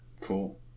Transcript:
Cool